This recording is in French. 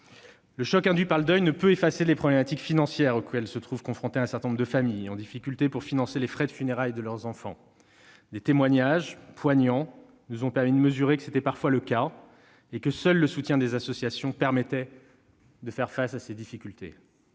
Le choc induit par le deuil ne doit pas effacer les problèmes financiers auxquels se trouvent confrontées certaines familles pour prendre en charge les frais de funérailles de leur enfant. Des témoignages poignants nous ont permis de réaliser ce que c'était parfois le cas et que seul le soutien des associations permettait de sortir de ces difficultés.